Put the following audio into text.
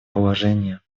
положение